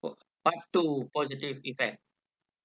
oh part two positive effect